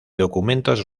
documentos